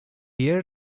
air